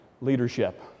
leadership